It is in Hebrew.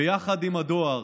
ויחד עם הדואר